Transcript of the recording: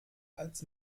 als